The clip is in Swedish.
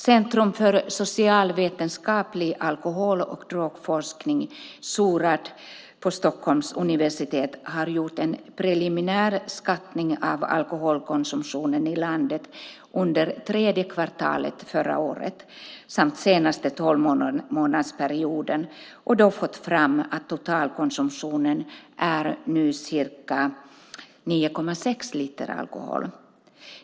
Centrum för socialvetenskaplig alkohol och drogforskning, Sorad, vid Stockholms universitet har gjort en preliminär skattning av alkoholkonsumtionen i landet under tredje kvartalet 2008 samt den senaste tolvmånadersperioden och då fått fram att totalkonsumtionen nu är ca 9,6 liter alkohol.